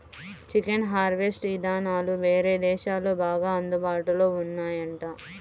chicken harvest ఇదానాలు వేరే దేశాల్లో బాగా అందుబాటులో ఉన్నాయంట